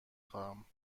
خواهم